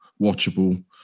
watchable